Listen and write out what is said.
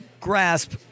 grasp